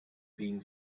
being